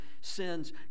sins